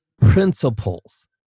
principles